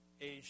Asia